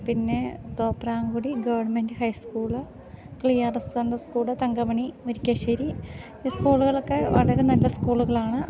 പിന്നേ Thopramkudy government high school clear school Thankamani Varikkassery സ്കൂളുകളൊക്കെ വളരെ നല്ല സ്കൂളുകളാണ്